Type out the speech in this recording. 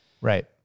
Right